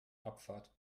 abfahrt